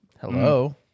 hello